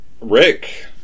Rick